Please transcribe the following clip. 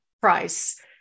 price